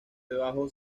debajo